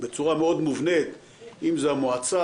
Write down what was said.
בצורה מאוד מובנית - אם זו המועצה,